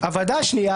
הוועדה השנייה,